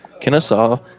Kennesaw